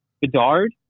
Bedard